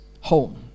home